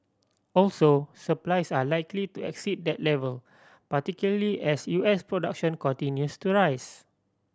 also supplies are likely to exceed that level particularly as U S production continues to rise